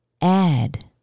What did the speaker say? add